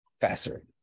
faster